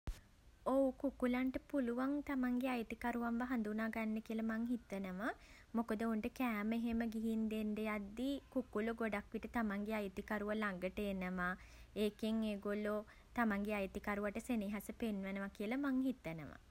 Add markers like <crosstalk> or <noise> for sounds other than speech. ඔව්. කුකුලන්ට පුළුවන් තමන්ගේ අයිතිකරුවන්ව හඳුන ගන්න කියලා මං හිතනවා. මොකද ඔවුන්ට කෑම එහෙම ගිහින් දෙන්න යද්දී කුකුලෝ ගොඩක් විට තමන්ගේ අයිතිකරුවා ළඟට එනවා. ඒකෙන් ඒගොල්ලෝ <hesitation> තමන්ගේ අයිතිකරුවට සෙනෙහස පෙන්වනවා කියල මං හිතනවා.